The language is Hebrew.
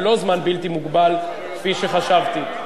ולא זמן בלתי מוגבל כפי שחשבתי.